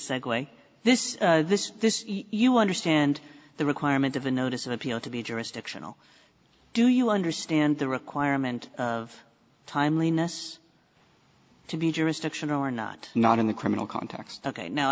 segue this this this you understand the requirement of a notice of appeal to be jurisdictional do you understand the requirement of timeliness to be jurisdictional or not not in the criminal context ok now